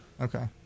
Okay